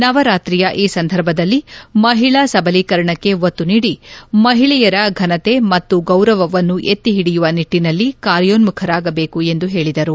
ನವರಾತ್ರಿಯ ಈ ಸಂದರ್ಭದಲ್ಲಿ ಮಹಿಳಾ ಸಬಲೀಕರಣಕ್ಕೆ ಒತ್ತು ನೀಡಿ ಮಹಿಳೆಯರ ಫನತೆ ಮತ್ತು ಗೌರವವನ್ನು ಎತ್ತಿ ಹಿಡಿಯುವ ನಿಟ್ಟನಲ್ಲಿ ಕಾರ್ಯೋನ್ನುಖರಾಗಬೇಕು ಎಂದು ಹೇಳಿದರು